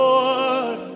Lord